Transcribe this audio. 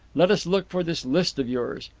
let us look for this list of yours.